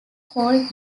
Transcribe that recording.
called